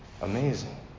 amazing